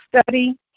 study